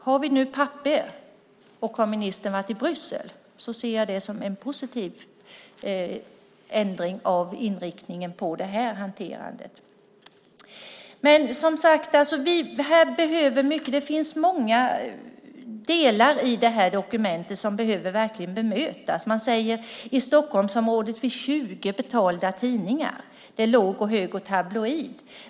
Om vi nu har papper och om ministern har varit i Bryssel ser jag det som en positiv ändring av inriktningen på hanterandet. Det finns som sagt många delar i dokumentet som verkligen behöver bemötas. Det sägs att det finns 20 betalda tidningar i Stockholmsområdet - låg, hög och tabloid.